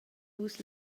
vus